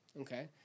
Okay